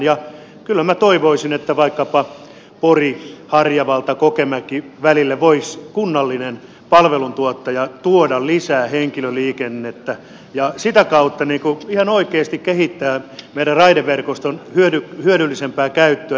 ja kyllä minä toivoisin et tä vaikkapa poriharjavaltakokemäki välille voisi kunnallinen palveluntuottaja tuoda lisää henkilöliikennettä ja sitä kautta ihan oikeasti kehittää meidän raideverkostomme hyödyllisempää käyttöä